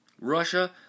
Russia